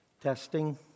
Testing